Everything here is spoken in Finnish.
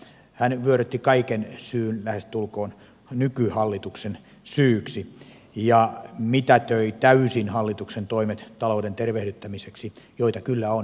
hän vyörytti kaiken syy lähestulkoon nykyhallituksen syyksi ja mitätöi täysin hallituksen toimet talouden tervehdyttämiseksi joita kyllä on tehty